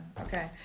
okay